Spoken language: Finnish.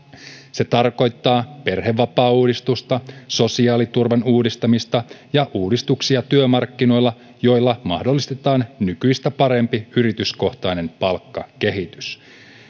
se tarkoittaa perhevapaauudistusta sosiaaliturvan uudistamista ja uudistuksia työmarkkinoilla joilla mahdollistetaan nykyistä parempi yrityskohtainen palkkakehitys